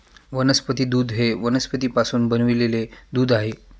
वनस्पती दूध हे वनस्पतींपासून बनविलेले दूध आहे